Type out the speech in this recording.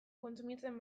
kontsumitzen